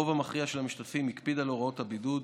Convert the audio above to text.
הרוב המכריע של המשתתפים הקפיד על הוראות הבידוד.